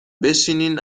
بشینین